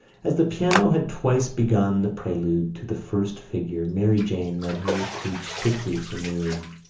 as the piano had twice begun the prelude to the first figure mary jane led her recruits quickly from the room.